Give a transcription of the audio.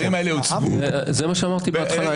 זה מה שאמרתי בהתחלה.